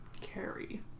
carry